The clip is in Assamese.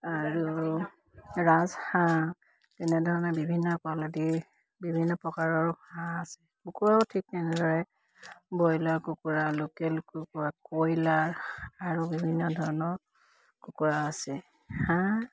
আৰু ৰাজহাঁহ তেনেধৰণে বিভিন্ন বিভিন্ন প্ৰকাৰৰ হাঁহ আছে কুকুৰাও ঠিক তেনেদৰে বইলাৰ কুকুৰা লোকেল কুকুৰা কইলাৰ আৰু বিভিন্ন ধৰণৰ কুকুৰা আছে হাঁহ